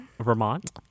Vermont